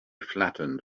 flattened